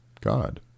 God